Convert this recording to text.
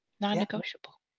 Non-negotiable